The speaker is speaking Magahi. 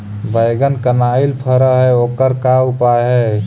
बैगन कनाइल फर है ओकर का उपाय है?